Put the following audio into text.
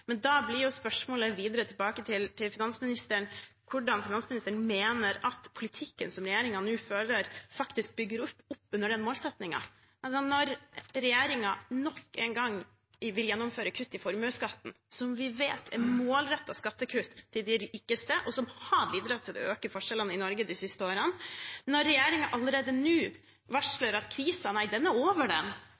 Men da blir jo spørsmålet til finansministeren hvordan han mener at politikken som regjeringen nå fører, faktisk bygger opp under den målsettingen. Når regjeringen nok en gang vil gjennomføre kutt i formuesskatten, som vi vet er målrettede skattekutt til de rikeste, og som har bidratt til å øke forskjellene i Norge de siste årene, når regjeringen allerede nå varsler at krisen er over